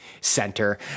center